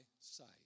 sight